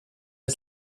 wir